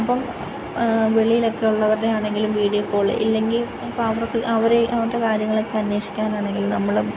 ഇപ്പം വെളിയിലൊക്കെ ഉള്ളവരുടെ ആണെങ്കിലും വീഡിയോ കോൾ ഇല്ലെങ്കിൽ ഇപ്പോൾ അവർ അവരുടെ കാര്യങ്ങളൊക്കെ അന്വേഷിക്കാനാണെങ്കിലും നമ്മൾ